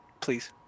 please